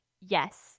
yes